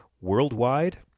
Worldwide